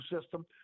system